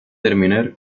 terminar